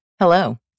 Hello